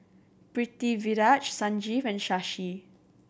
Pritiviraj Sanjeev and Shashi